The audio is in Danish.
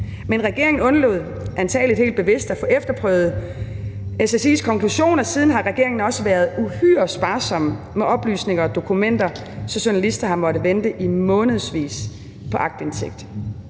Men regeringen undlod – antagelig helt bevidst – at få efterprøvet SSI's konklusion, og siden har regeringen også været uhyre sparsomme med oplysninger og dokumenter, så journalister har måttet vente i månedsvis på aktindsigt.